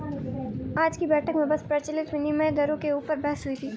आज की बैठक में बस प्रचलित विनिमय दरों के ऊपर बहस हुई थी